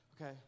Okay